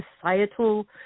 societal